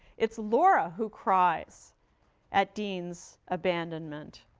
it's laura who cries at dean's abandonment,